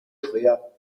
schwer